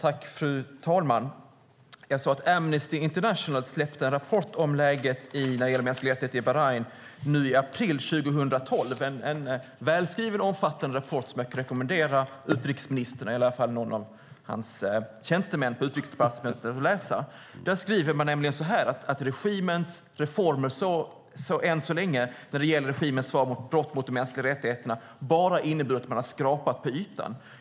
Fru talman! Amnesty International släppte en rapport om läget för de mänskliga rättigheterna i Bahrain i april i år. Det är en välskriven och omfattande rapport som jag kan rekommendera utrikesministern eller någon av hans tjänstemän på Utrikesdepartementet att läsa. Man skriver att regimens reformer som ett svar på brott mot de mänskliga rättigheterna än så länge bara inneburit att man har skrapat på ytan.